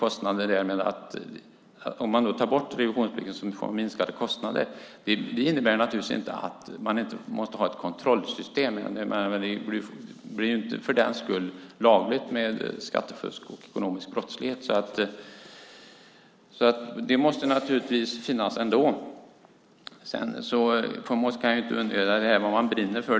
Om revisionsplikten tas bort blir det minskade kostnader. Det innebär naturligtvis inte att det inte måste finnas ett kontrollsystem. Det blir inte för den skull lagligt med skattefusk och ekonomisk brottslighet. Det måste naturligtvis finnas ändå. Sedan kan jag inte låta bli att ta upp frågan om vad man brinner för.